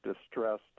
distressed